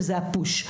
שזה הפוש,